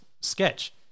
sketch